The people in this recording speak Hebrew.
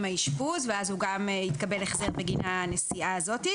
האשפוז גם יקבל החזר בגין הנסיעה הזאת,